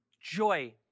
joy